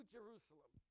Jerusalem